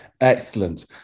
Excellent